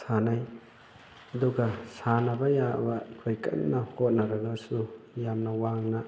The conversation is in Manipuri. ꯁꯥꯅꯩ ꯑꯗꯨꯒ ꯁꯥꯟꯅꯕ ꯌꯥꯕ ꯑꯩꯈꯣꯏ ꯀꯟꯅ ꯍꯣꯠꯅꯔꯒꯁꯨ ꯌꯥꯝꯅ ꯋꯥꯡꯅ